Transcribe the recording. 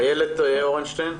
איילת אורנשטיין,